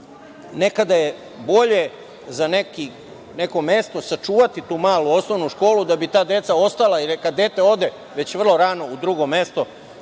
Nekada je bolje za neko mesto sačuvati tu malu osnovnu školu da bi ta deca ostala, jer kada dete ode već vrlo rano u drugo mesto